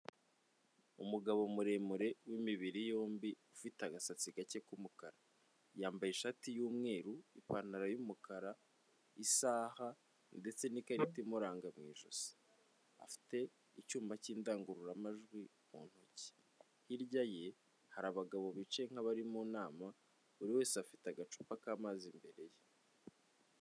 Umugabo muremure w'imibiri yombi ufite agasatsi gake k'umukara, yambaye ishati y'umweru ipantaro y'umukara isaha ndetse n'ikarita imuranga mu ijosi, afite icyuma cy'indangururamajwi mu ntoki hirya ye hari abagabo bicaye nk'abari mu nama buri wese afite agacupa k'amazi imbere ye.